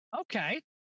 Okay